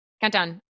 Countdown